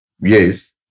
Yes